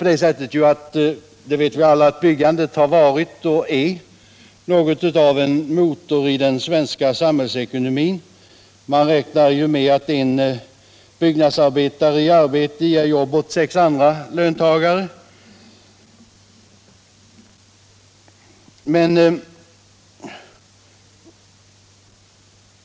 Vi vet alla att byggandet har varit och är något av en motor i den svenska samhällsekonomin — man räknar med att en byggnadsarbetare i arbete ger jobb åt sex andra löntagare.